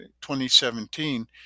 2017